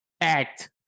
act